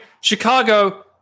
Chicago